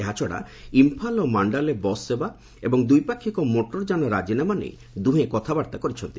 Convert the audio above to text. ଏହାଛଡ଼ା ଇମ୍ଫାଲ ଓ Mandalay bus ସେବା ଏବଂ ଦ୍ୱିପାକ୍ଷିକ ମୋଟରଯାନ ରାଜିନାମା ନେଇ ଦୁହେଁ କଥାବାର୍ତ୍ତା କରିଛନ୍ତି